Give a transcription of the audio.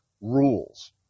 rules